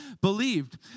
believed